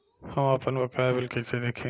हम आपनबकाया बिल कइसे देखि?